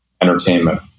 entertainment